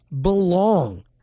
belong